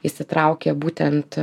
įsitraukė būtent